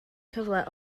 cyfle